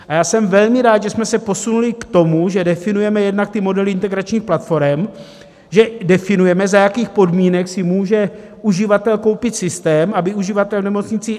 A já jsem velmi rád, že jsme se posunuli k tomu, že definujeme jednak ty modely integračních platforem, že definujeme, za jakých podmínek si může uživatel koupit systém, aby uživatel v nemocnici